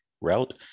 route